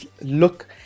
look